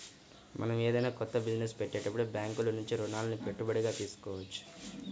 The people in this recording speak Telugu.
మనం ఏదైనా కొత్త బిజినెస్ పెట్టేటప్పుడు బ్యేంకుల నుంచి రుణాలని పెట్టుబడిగా తీసుకోవచ్చు